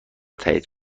تایید